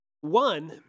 One